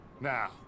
now